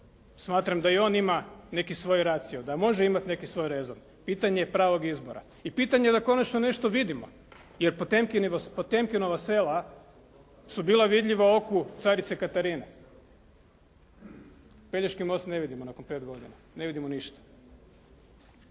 smatram da i on ima neki svoj racio, da može imati neki svoj rezon. Pitanje je pravog izbora i pitanje je da konačno nešto vidimo, jer Potemkinova sela su bila vidljiva oku carice Katarine. Pelješki most ne vidimo nakon pet godina, ne vidimo ništa.